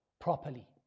properly